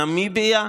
נמיביה,